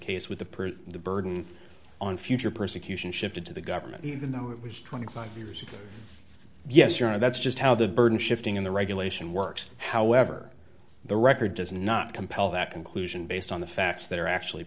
case with the per the burden on future persecution shifted to the government even though it was twenty five years ago yes you know that's just how the burden shifting in the regulation works however the record does not compel that conclusion based on the facts that are actually